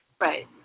Right